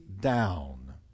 down